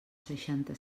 seixanta